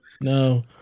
No